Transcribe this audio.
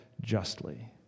justly